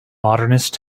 modernist